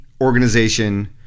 organization